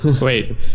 Wait